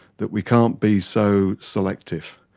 that we can't be so selective.